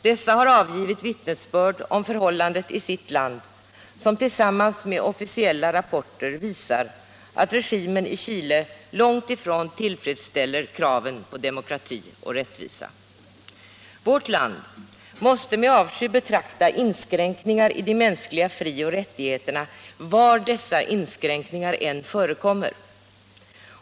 Dessa har avgivit vittnesbörd om tillståndet i sitt land, som tillsammans med officiella rapporter visar att regimen i Chile långt ifrån tillfredsställer kraven på demokrati och rättvisa. Vårt land måste med avsky betrakta inskränkningar i de mänskliga fri och rättigheterna var dessa inskränkningar än förekommer.